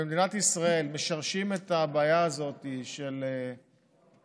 במדינת ישראל משרשים את הבעיה הזאת של תופעות